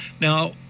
Now